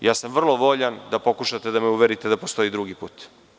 Vrlo sam voljan da pokušate da me uverite da postoji drugi put.